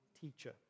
teacher